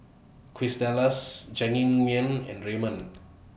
Quesadillas Jajangmyeon and Ramen